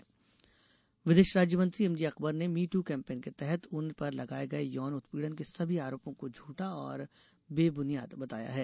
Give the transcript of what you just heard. MJ Akbar विदेश राज्य मंत्री एमजे अकबर ने मी टू कैंपेन के तहत उन पर लगाए गए यौन उत्पीड़न के सभी आरोपों को झूठा और बेब्रनियाद बताया है